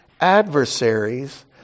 adversaries